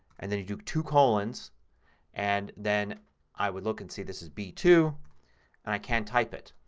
and then you do two colons and then i would look and see this is b two and i can type it.